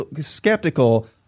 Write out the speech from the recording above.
skeptical